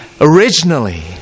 originally